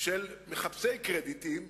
של מחפשי קרדיטים.